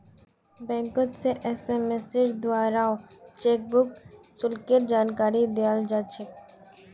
बैंकोत से एसएमएसेर द्वाराओ चेकबुक शुल्केर जानकारी दयाल जा छेक